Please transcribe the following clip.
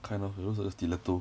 kind of it looks like a stiletto